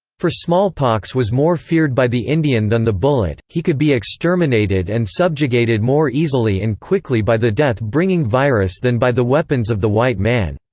for smallpox was more feared by the indian than the bullet he could be exterminated and subjugated more easily and quickly by the death-bringing virus than by the weapons of the white man.